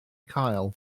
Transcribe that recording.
cael